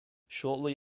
shortly